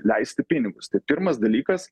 leisti pinigus tai pirmas dalykas